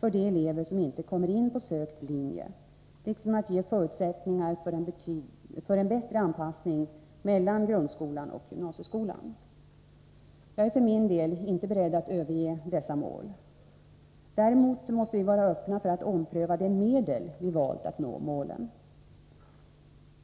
för de elever som inte kommer in på sökt linje, liksom att ge förutsättningar för en bättre anpassning mellan grundskolan och gymnasieskolan. Jag är för min del inte beredd att överge dessa mål. Däremot måste vi vara öppna för att ompröva de medel vi valt för att nå målen.